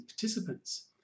participants